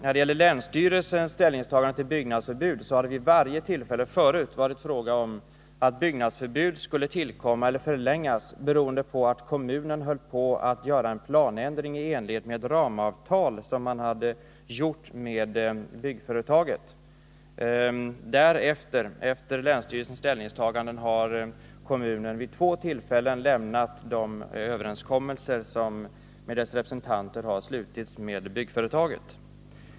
När det gäller länsstyrelsens ställningstagande till byggnadsförbud har det vid varje tillfälle tidigare varit fråga om att byggnadsförbud skulle tillkomma eller förlängas beroende på att kommunen höll på att göra en planändring i enlighet med ramavtal som kommunen hade träffat med byggnadsföretaget. Efter länsstyrelsens ställningstaganden har kommunen vid två tillfällen gått ifrån de överenskommelser som dess representanter har träffat med byggföretaget.